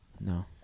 No